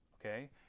okay